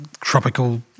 tropical